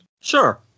Sure